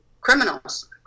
criminals